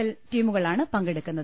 L ടീമുകളാണ് പങ്കെടുക്കുന്നത്